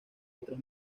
otras